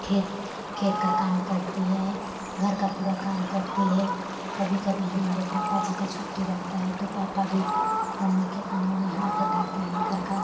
खेत खेत का काम करती है घर का पूरा काम करती है कभी कभी हमारे पापा जी का छुट्टी रहता है तो पापा भी मम्मी के कामों में हाथ बँटाते हैं घर का